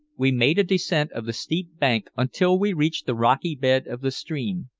we made a descent of the steep bank until we reached the rocky bed of the stream,